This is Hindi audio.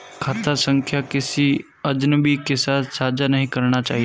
खाता संख्या किसी अजनबी के साथ साझा नहीं करनी चाहिए